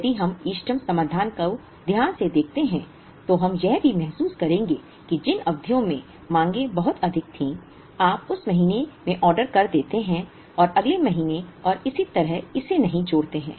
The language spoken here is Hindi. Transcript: यदि हम इष्टतम समाधान को ध्यान से देखते हैं तो हम यह भी महसूस करेंगे कि जिन अवधियों में माँगें बहुत अधिक थीं आप उस महीने में ऑर्डर कर देते हैं और अगले महीने और इसी तरह इसे नहीं जोड़ते हैं